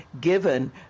given